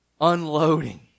Unloading